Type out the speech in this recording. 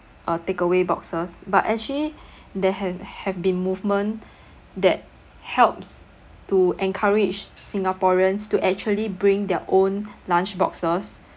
uh takeaway boxes but actually there ha~ have been movement that helps to encourage singaporeans to actually bring their own lunch boxes